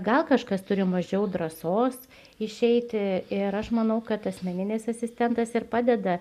gal kažkas turi mažiau drąsos išeiti ir aš manau kad asmeninis asistentas ir padeda